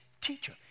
teacher